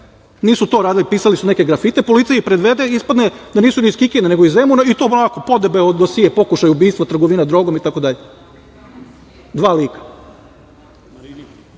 nisu to radili, pisali su neke grafite, policija ih privede i ispadne da nisu ni iz Kikinde, nego iz Zemuna i to ovako podebeo dosije, pokušaj ubistva, trgovina drogom itd. Dva lika.